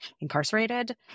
incarcerated